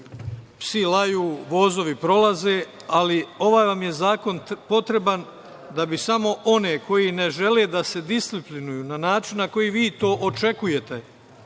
psi laju, vozovi prolaze, ali ovaj vam je zakon potreban da bi samo one koji ne žele da se disciplinuju na način na koji vi to očekujete,